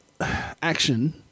action